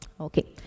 Okay